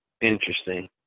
Interesting